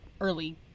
early